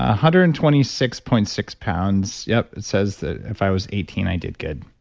ah hundred and twenty six point six pounds. yep, it says that if i was eighteen, i did good.